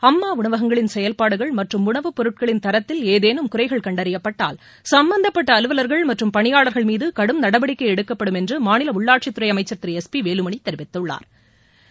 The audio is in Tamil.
அம்மா உணவகங்களின் செயல்பாடுகள் மற்றும் உணவுப் பொருட்களின் தரத்தில் ஏதேனும் குறைகள் கண்டறியப்பட்டால் சம்பந்தப்பட்ட அலுவலர்கள் மற்றும் பணியாளர்கள் மீது கடும் நடவடிக்கை எடுக்கப்படும் என்று மாநில உள்ளாட்சித்துறை அமைச்ச் திரு எஸ் பி வேலுமணி தெரிவித்துள்ளாா்